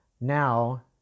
now